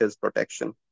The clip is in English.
protection